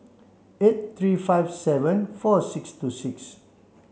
eight three five seven four six two six